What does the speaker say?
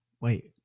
wait